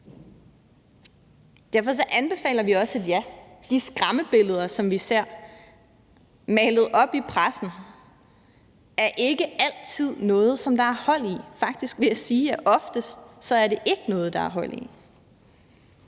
Derfor anbefaler vi også et ja. De skræmmebilleder, som vi ser malet op i pressen, er ikke altid nogle, der er hold i. Faktisk vil jeg sige, at oftest er det ikke noget, der er hold i.